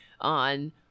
on